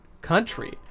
Country